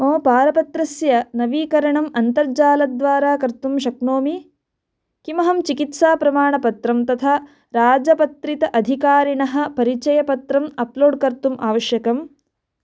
मम पारपत्रस्य नवीकरणम् अन्तर्जालद्वारा कर्तुं शक्नोमि किमहं चिकित्साप्रमाणपत्रं तथा राजपत्रम् अधिकारिणः परिचयपत्रम् अप्लोड् कर्तुम् आवश्यकम्